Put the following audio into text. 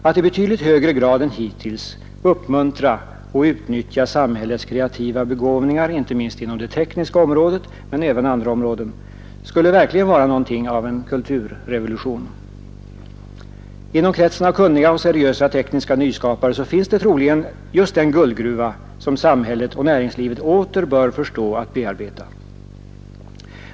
Att i betydligt högre grad än hittills uppmuntra och utnyttja samhällets kreativa begåvningar — inte minst om det tekniska området men även inom andra områden — skulle verkligen vara något av en kulturrevolution. Inom kretsen av kunniga och seriösa tekniska nyskapare finns troligen den guldgruva som samhället och näringslivet åter bör förstå att bearbeta.